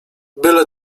byle